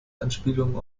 anspielungen